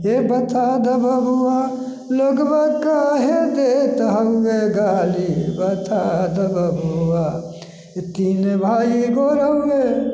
हे बता द बबुआ लोगबा काहे देत हमे गाली हे बता दऽ बबुआ तीन भाइ गोर हउहे